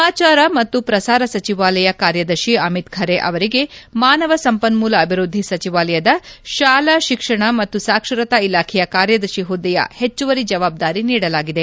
ಸಮಾಚಾರ ಮತ್ತು ಪ್ರಸಾರ ಸಚಿವಾಲಯ ಕಾರ್ಯದರ್ಶಿ ಅಮಿತ್ ಖರೆ ಅವರಿಗೆ ಮಾನವ ಸಂಪನ್ನೂಲ ಅಭಿವೃದ್ಧಿ ಸಚಿವಾಲಯದ ಶಾಲಾ ಶಿಕ್ಷಣ ಮತ್ತು ಸಾಕ್ಷರತಾ ಇಲಾಖೆಯ ಕಾರ್ಯದರ್ಶಿ ಹುದ್ದೆಯ ಹೆಚ್ಚುವರಿ ಜವಾಬ್ದಾರಿ ನೀಡಲಾಗಿದೆ